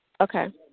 Okay